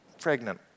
pregnant